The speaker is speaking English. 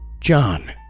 John